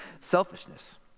selfishness